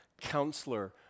counselor